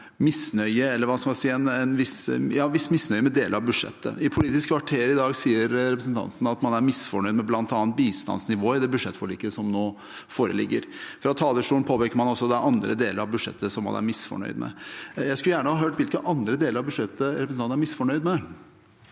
en viss misnøye med deler av budsjettet. I Politisk kvarter i dag sier representanten at man er misfornøyd med bl.a. bistandsnivået i budsjettforliket som nå foreligger. Fra talerstolen påpeker man også at det er andre deler av budsjettet som man er misfornøyd med. Jeg skulle gjerne ha hørt hvilke andre deler av budsjettet representanten er misfornøyd med.